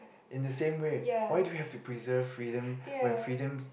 in the same way why do we have to preserve freedom when freedom